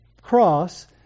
cross